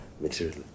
material